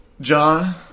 John